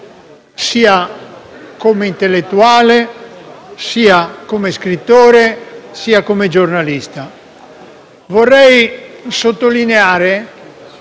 sia come intellettuale, che come scrittore e come giornalista. Vorrei sottolineare